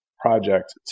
project